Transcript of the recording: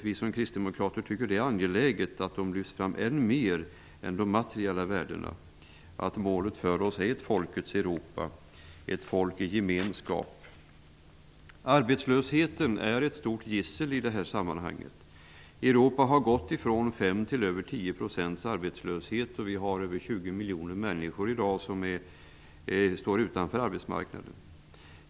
Vi kristdemokrater tycker att det är angeläget att dessa lyfts fram mer än de materiella värdena. Målet för oss är ett folkets Europa -- ett folk i gemenskap. Arbetslösheten är ett stort gissel i det här sammanhanget. Europa har gått från 5 % till mer än 10 % arbetslöshet. Mer än 20 miljoner människor står i dag utanför arbetsmarknaden.